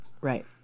Right